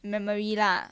memory lah